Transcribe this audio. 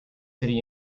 city